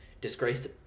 disgrace